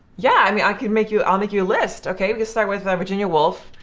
yeah i mean i can make you i'll make you a list. okay. we can start with, ah, virginia woolf.